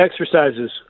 exercises